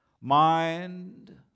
Mind